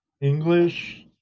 English